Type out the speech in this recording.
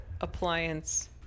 appliance